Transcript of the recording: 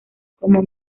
como